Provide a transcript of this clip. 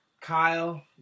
Kyle